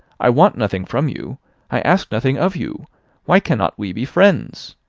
i want nothing from you i ask nothing of you why cannot we be friends?